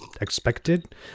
expected